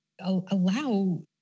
allow